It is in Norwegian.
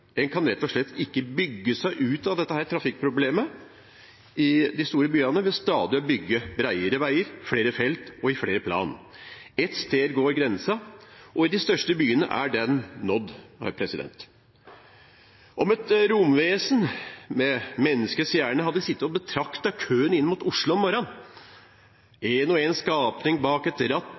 En kan rett og slett ikke bygge seg ut av trafikkproblemet i de store byene ved stadig å bygge bredere veier, flere felt og i flere plan. Ett sted går grensen, og i de største byene er den nådd. Om et romvesen med menneskets hjerne hadde sittet og betraktet køen inn mot Oslo om morgenen, én og én skapning bak